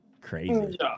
crazy